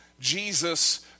Jesus